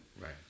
Right